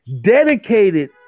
dedicated